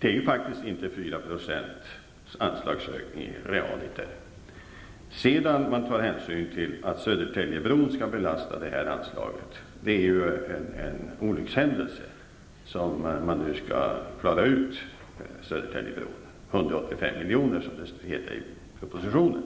Det är faktiskt inte fråga om 4 % i real anslagsökning sedan man tar hänsyn till att reparationen av Södertäljebron skall belasta detta anslag. Olyckshändelsen med Södertäljebron skall nu klaras av med 185 milj.kr., som det heter i propositionen.